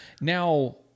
Now